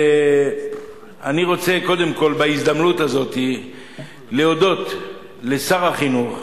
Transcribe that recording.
אני רוצה קודם כול בהזדמנות הזאת להודות לשר החינוך